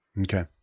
Okay